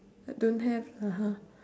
I don't have